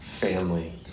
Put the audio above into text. family